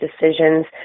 decisions